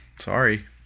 sorry